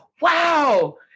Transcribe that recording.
wow